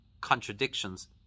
contradictions